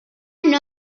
hanno